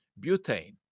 Butane